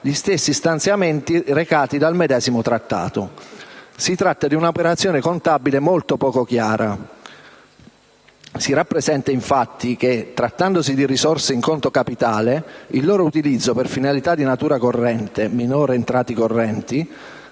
gli stessi stanziamenti recati dal medesimo Trattato. Si tratta di un'operazione contabile molto poco chiara. Si rappresenta, infatti, che, trattandosi di risorse in conto capitale, il loro utilizzo per finalità di natura corrente (minori entrate correnti)